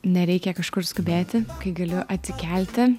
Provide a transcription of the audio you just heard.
nereikia kažkur skubėti kai galiu atsikelti